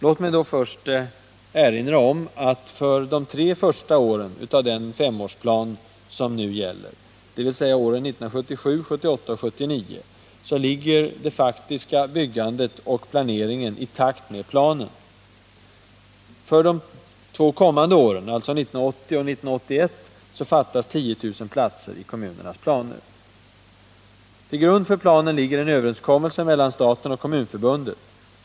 Låt mig då först erinra om att för de tre första åren av den femårsplan som nu gäller, dvs. åren 1977-1979, ligger det faktiska byggandet och planeringen i takt med planen. För de två kommande åren, alltså 1980 och 1981, fattas 10 000 platser i kommunernas planer. Till grund för planen ligger en överenskommelse mellan staten och Kommunförbundet.